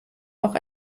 auch